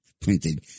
printed